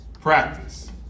practice